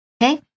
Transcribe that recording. Okay